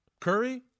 Curry